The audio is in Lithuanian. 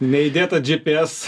neįdėta dži pi es